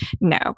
no